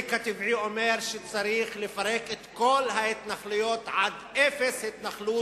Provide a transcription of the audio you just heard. והצדק הטבעי אומר שצריך לפרק את כל ההתנחלויות עד אפס התנחלות,